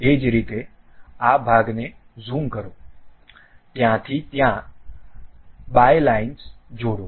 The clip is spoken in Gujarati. એ જ રીતે આ ભાગને ઝૂમ કરો ત્યાંથી ત્યાં બાયલાઈન્સ જોડો